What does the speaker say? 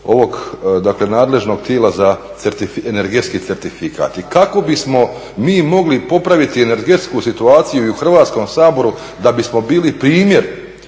ovog nadležnog tijela za energetski certifikat i kako bismo mi mogli popraviti energetsku situaciju i u Hrvatskom saboru da bismo bili primjer